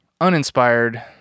uninspired